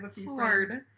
hard